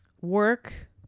work